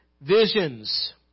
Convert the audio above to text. visions